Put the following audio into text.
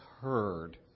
heard